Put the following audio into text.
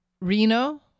Reno